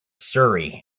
surrey